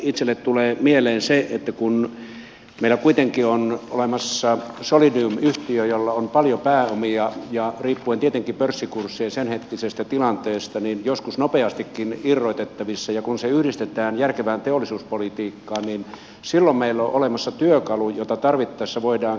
itselle tulee mieleen se että kun meillä kuitenkin on olemassa solidium yhtiö jolla on paljon pääomia jotka ovat riippuen tietenkin pörssikurssien senhetkisestä tilanteesta joskus nopeastikin irrotettavissa ja kun se yhdistetään järkevään teollisuuspolitiikkaan niin silloin meillä on olemassa työkalu jota tarvittaessa voidaan käyttää